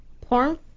porn